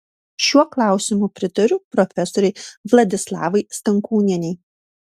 šiuo klausimu pritariu profesorei vladislavai stankūnienei